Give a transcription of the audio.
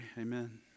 amen